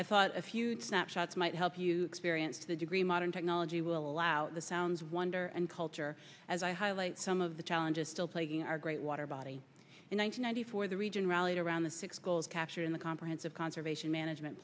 i thought a few snapshots might help you experience the degree modern technology will allow the sounds wonder and culture as i highlight some of the challenges still plaguing our great water body in one thousand nine hundred four the region rallied around the six goals captured in the comprehensive conservation management